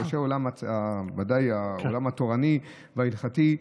ודאי העולם התורני וההלכתי,